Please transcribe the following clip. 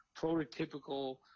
prototypical